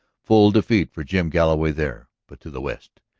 full defeat for jim galloway there. but to the west?